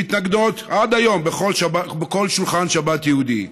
שמתנגנות עד היום בכל שולחן שבת יהודי,